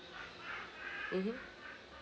mmhmm